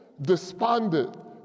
despondent